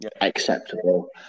acceptable